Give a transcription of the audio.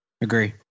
Agree